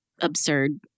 absurd